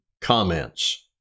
comments